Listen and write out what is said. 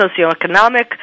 socioeconomic